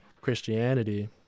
Christianity